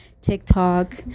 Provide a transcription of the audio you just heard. TikTok